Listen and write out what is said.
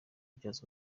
kubyaza